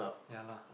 ya lah